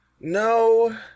No